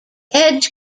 edge